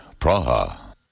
Praha